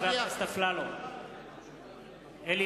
אלי